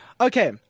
Okay